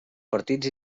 partits